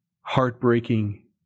heartbreaking